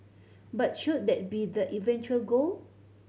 but should that be the eventual goal